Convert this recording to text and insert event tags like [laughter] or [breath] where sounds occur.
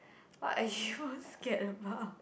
what are you [breath] scared about